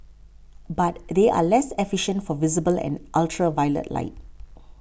but they are less efficient for visible and ultraviolet light